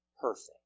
perfect